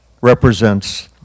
represents